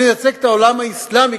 אני מייצג את העולם האסלאמי.